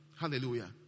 Hallelujah